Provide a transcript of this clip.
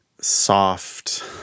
soft